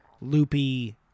loopy